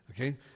Okay